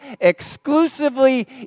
exclusively